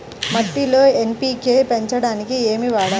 మట్టిలో ఎన్.పీ.కే పెంచడానికి ఏమి వాడాలి?